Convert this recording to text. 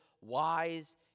wise